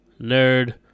nerd